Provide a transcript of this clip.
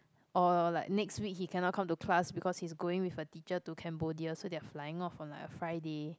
or like next week he cannot come to class because he's going with a teacher to Cambodia so they're flying off on like a Friday